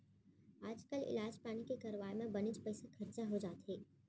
आजकाल इलाज पानी के करवाय म बनेच पइसा खरचा हो जाथे